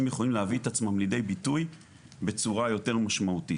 יכולים להביא את עצמם לידי ביטוי בצורה יותר משמעותית.